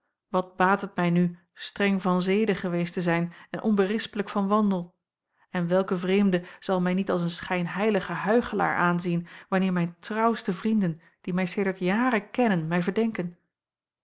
wat baat het mij nu streng van zeden geweest te zijn en onberispelijk van wandel en welke vreemde zal mij niet als een schijnheilige huichelaar aanzien wanneer mijn trouwste vrienden die mij sedert jaren kennen mij verdenken